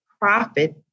Profit